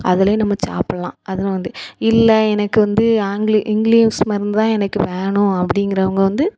அதிலேயே நம்ம சாப்பிட்லாம் அதில் வந்து இல்லை எனக்கு வந்து ஆங்கில இங்கிலீஸ் மருந்துதான் எனக்கு வேணும் அப்படிங்கிறவங்க வந்து